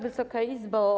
Wysoka Izbo!